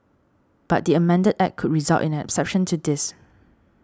but the amended Act could result in an exception to this